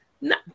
No